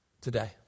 today